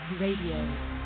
Radio